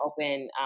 open